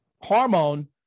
hormone